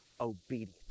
obedience